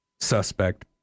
suspect